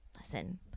Listen